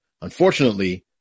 Unfortunately